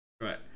right